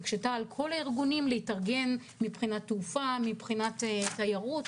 והקשה על כל הארגונים להתארגן מבחינת תעופה ומבחינת תיירות.